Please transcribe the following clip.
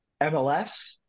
MLS